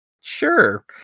Sure